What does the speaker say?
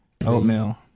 Oatmeal